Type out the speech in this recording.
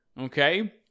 Okay